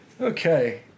Okay